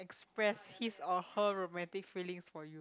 express his or her romantic feelings for you